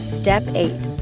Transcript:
step eight.